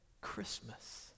Christmas